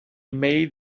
made